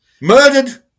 Murdered